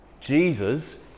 Jesus